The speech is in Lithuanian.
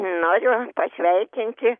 noriu pasveikinti